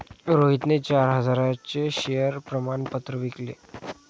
रोहितने चार हजारांचे शेअर प्रमाण पत्र विकले